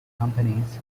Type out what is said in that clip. companies